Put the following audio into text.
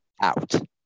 out